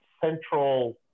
central